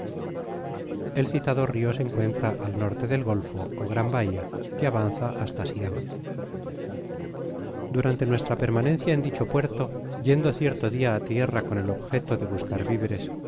el citado rio se encuentra al norte del golfo ó gran bahia que avanza hasta siam content from google book search generated at durante nuestra permanencia en dicho puerto yendo cierto dia á tierra con el objeto de buscar viveres